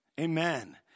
Amen